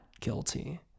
guilty